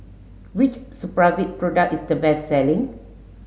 which Supravit product is the best selling